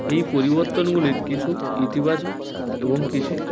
এই পরিবর্তনগুলির কিছু ইতিবাচক এবং কিছু